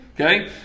Okay